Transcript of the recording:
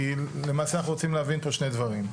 כי למעשה אנחנו רוצים להבין פה שני דברים,